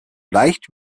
leicht